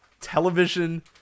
television